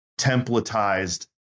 templatized